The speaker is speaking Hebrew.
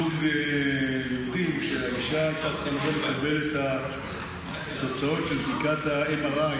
זו תכונה ישראלית יהודית מאוד ידועה לקחת את התרחישים הכי גרועים,